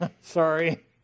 sorry